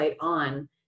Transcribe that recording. on